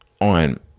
on